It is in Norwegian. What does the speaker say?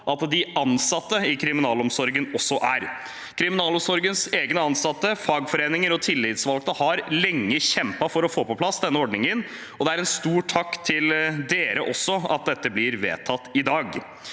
at de ansatte i kriminalomsorgen også er. Kriminalomsorgens egne ansatte, fagforeninger og tillitsvalgte har lenge kjempet for å få på plass denne ordningen, og det er med en stor takk til dere også at dette blir vedtatt i dag.